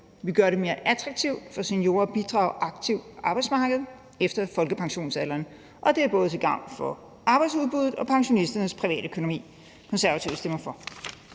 Vi gør det mere attraktivt for seniorer at bidrage aktivt på arbejdsmarkedet efter folkepensionsalderen. Det er både til gavn for arbejdsudbuddet og pensionisternes privatøkonomi. Konservative stemmer for.